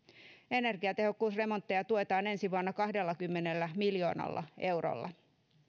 energiatehokkuusremontteja tuetaan ensi vuonna kahdellakymmenellä miljoonalla eurolla